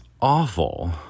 awful